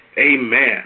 Amen